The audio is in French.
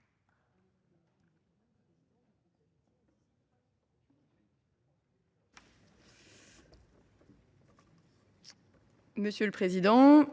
Monsieur le président,